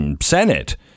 Senate